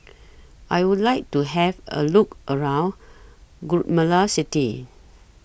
I Would like to Have A Look around Guatemala City